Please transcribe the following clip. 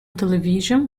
television